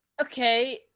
okay